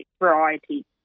variety